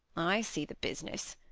i see the business.